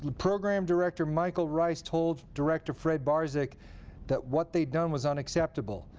program director, michael rice, told director fred barzyk that what they'd done was unacceptable.